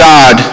God